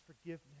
forgiveness